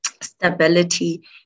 stability